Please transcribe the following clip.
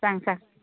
सांग सांग